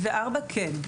74 כן.